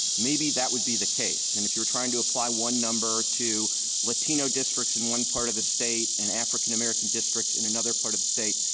maybe that would be the case. and if you're trying to apply one number to latino districts in one part of the state and african-american districts in another part of the state,